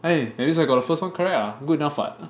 eh that means I got the first [one] correct lah good enough [what]